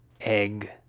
egg